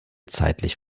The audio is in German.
zeitlich